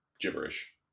gibberish